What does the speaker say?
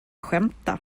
skämta